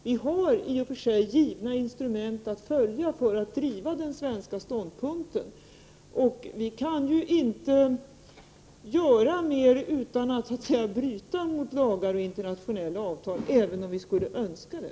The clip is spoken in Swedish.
Vi har i och för sig givna instrument för att driva den svenska ståndpunkten. Vi kan inte göra mer utan att bryta mot lagar och internationella avtal, även om vi skulle önska det.